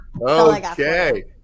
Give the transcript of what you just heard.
okay